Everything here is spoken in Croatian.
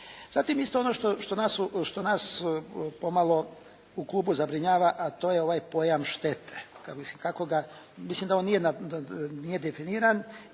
Zatim, isto ono što nas pomalo u klubu zabrinjava a to je ovaj pojam štete. Mislim da on nije definiran